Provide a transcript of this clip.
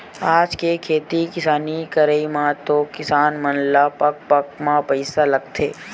आज के खेती किसानी करई म तो किसान मन ल पग पग म पइसा लगथे